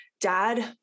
dad